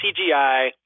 CGI